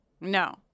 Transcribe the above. No